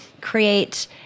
create